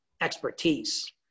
expertise